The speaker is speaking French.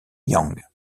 yang